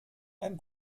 ein